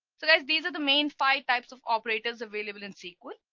so as these are the main file types of operators available in sql.